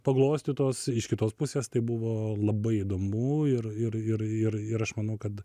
paglostytos iš kitos pusės tai buvo labai įdomu ir ir ir ir ir aš manau kad